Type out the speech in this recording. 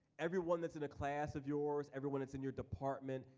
everyone that's in a class of yours, everyone that's in your department,